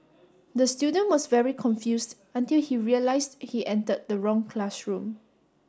the student was very confused until he realised he entered the wrong classroom